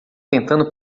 tentando